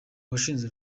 washinze